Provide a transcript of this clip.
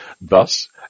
Thus